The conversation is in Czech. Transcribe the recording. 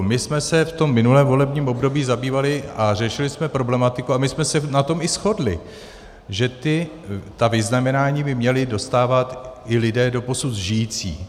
My jsme se v minulém volebním období zabývali a řešili jsme problematiku, a i jsme se na tom shodli, že vyznamenání by měli dostávat i lidé doposud žijící.